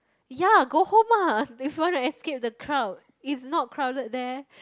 ya go home ah if want to escape the crowd it's not crowded there